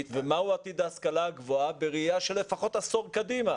ומהו עתיד ההשכלה הגבוהה בראייה של לפחות עשור קדימה